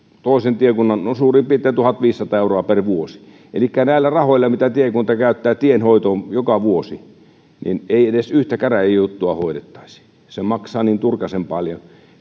on suurin piirtein tuhatviisisataa euroa per vuosi elikkä näillä rahoilla mitä tiekunta käyttää tienhoitoon joka vuosi ei edes yhtä käräjäjuttua hoidettaisi se maksaa niin turkasen paljon